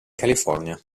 california